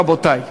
רבותי: